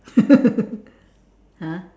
!huh!